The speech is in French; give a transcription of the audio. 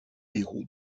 héros